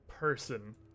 person